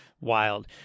Wild